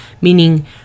Meaning